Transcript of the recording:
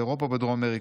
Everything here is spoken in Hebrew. באירופה ובדרום אמריקה.